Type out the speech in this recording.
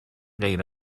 غیر